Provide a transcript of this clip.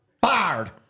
Fired